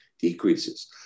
decreases